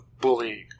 bullying